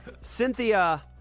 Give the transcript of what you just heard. Cynthia